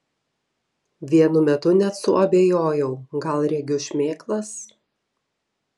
vienu metu net suabejojau gal regiu šmėklas